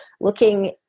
looking